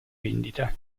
vendita